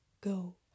go